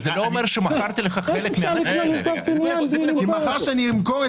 אני מברך על